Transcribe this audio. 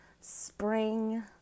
spring